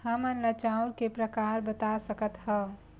हमन ला चांउर के प्रकार बता सकत हव?